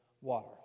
water